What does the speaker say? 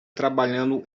trabalhando